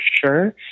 sure